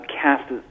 cast